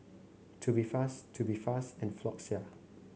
Tubifast Tubifast and Floxia